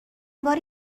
باری